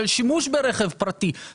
של שימוש ברכב פרטי,